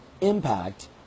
impact